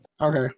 Okay